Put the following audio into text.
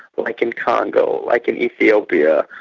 but like in congo, like in ethiopia,